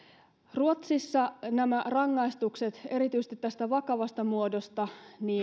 ruotsissa nämä rangaistukset erityisesti tästä vakavasta muodosta